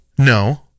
No